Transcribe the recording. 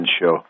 show